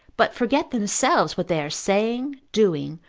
but forget themselves what they are saying, doing,